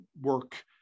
work